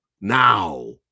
Now